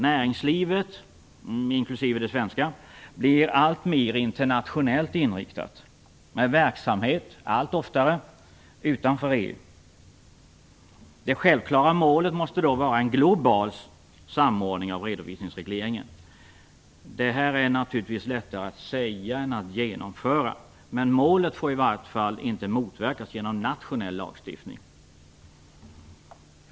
Näringslivet, inklusive det svenska, blir alltmer internationellt inriktat, med verksamhet allt oftare utanför EU. Det självklara målet måste då vara en global samordning av redovisningsregleringen. Detta är naturligtvis lättare att säga än att genomföra. Men målet får i varje fall inte motverkas genom nationell lagstiftning.